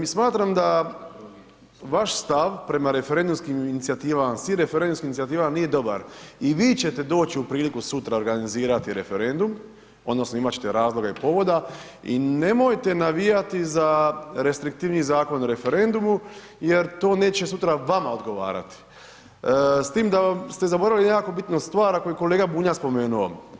Smatram da vaš stav prema referendumskim inicijativama, svim referendumskim inicijativama nije dobar i vi ćete doći u priliku sutra organizirati referendum odnosno imati ćete razloga i povoda i nemojte navijati za restriktivniji Zakon o referendumu jer to neće sutra vama odgovarati s tim da ste zaboravili jako bitnu stvar, a koju je kolega Bunjac spomenuo.